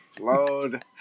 Load